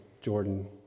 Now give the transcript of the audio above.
Jordan